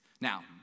now